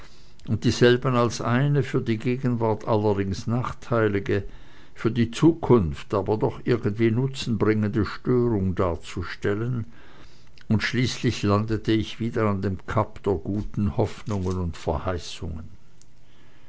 und dieselben als eine für die gegenwart allerdings nachteilige für die zukunft aber doch irgendwie nutzen bringende störung darzustellen und schließlich landete ich wieder an dem kap der guten hoffnungen und verheißungen